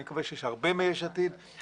אני מקווה שיש הרבה מ'יש עתיד',